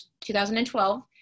2012